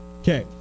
Okay